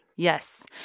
Yes